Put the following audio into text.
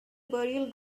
burial